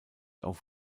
auf